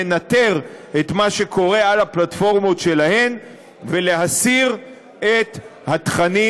לנטר את מה שקורה על הפלטפורמות שלהן ולהסיר את התכנים